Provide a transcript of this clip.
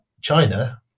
China